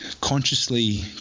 consciously